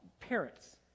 parents